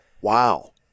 Wow